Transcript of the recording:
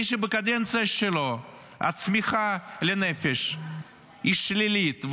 מי שבקדנציה שלו הצמיחה לנפש היא שלילית,